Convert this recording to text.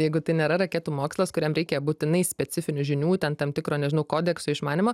jeigu tai nėra raketų mokslas kuriam reikia būtinai specifinių žinių ten tam tikro nežinau kodekso išmanymo